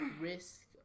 risk